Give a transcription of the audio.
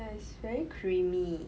ya it's very creamy